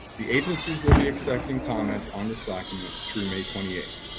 the agencies will be accepting comments on this document through may twenty eight.